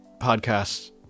podcasts